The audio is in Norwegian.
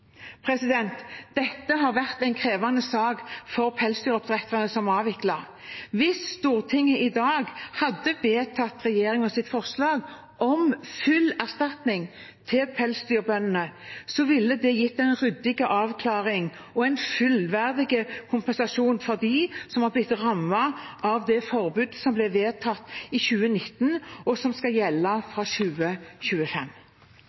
Dette har vært en krevende sak for pelsdyroppdretterne som har avviklet. Hvis Stortinget i dag hadde vedtatt regjeringens forslag om full erstatning til pelsdyrbøndene, ville det gitt en ryddigere avklaring og en fullverdig kompensasjon for dem som har blitt rammet av det forbudet som ble vedtatt i 2019, og som skal gjelde